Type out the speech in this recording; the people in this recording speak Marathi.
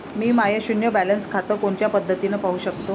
मी माय शुन्य बॅलन्स खातं कोनच्या पद्धतीनं पाहू शकतो?